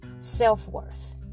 self-worth